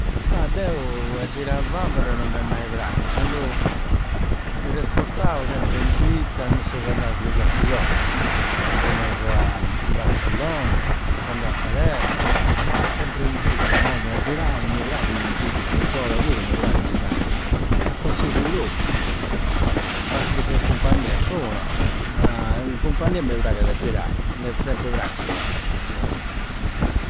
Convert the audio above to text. Ma deu, a girai a vanvera non m'è mai pracchiu. Candu, mi seu spostau sempri in gita. Seusu anda a diversu logusu. Seu andausu a Bracellona, seu andau a Palermo. Sempri in gita, onsi a girai mi praghidi in gita. Tutt'ora pura mi praghidi andai. A qualsiasi logu, basta chi seu in compagnia, assou no! Ma in cumpagnia mi praghidi a girai. M'è sempri pracchiu a girai.